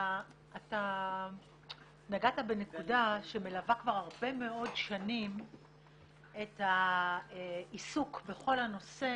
אתה נגעת בנקודה שמלווה כבר הרבה מאוד שנים את העיסוק בכל הנושא